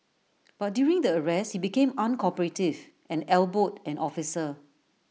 but during the arrest he became uncooperative and elbowed an officer